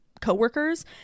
co-workers